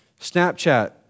Snapchat